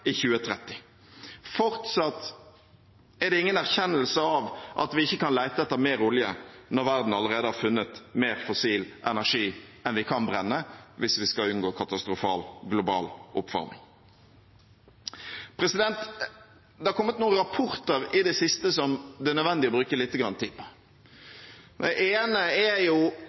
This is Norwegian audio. i 2030. Fortsatt er det ingen erkjennelse av at vi ikke kan lete etter mer olje når verden allerede har funnet mer fossil energi enn vi kan brenne, hvis vi skal unngå katastrofal global oppvarming. Det har kommet noen rapporter i det siste som det er nødvendig å bruke lite grann tid på. Den ene er